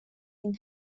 این